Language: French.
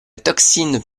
toxine